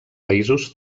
països